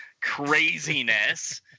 craziness